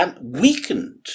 weakened